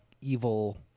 evil